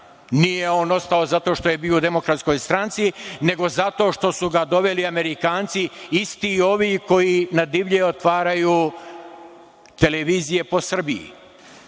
Nije on ostao zato što je bio u DS, nego zato što su ga doveli Amerikanci isti ovi koji na divlje otvaraju televizije po Srbiji.